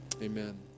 Amen